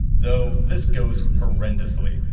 though this goes horrendously.